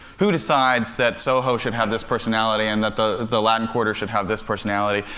who decides that soho should have this personality and that the the latin quarter should have this personality?